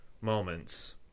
moments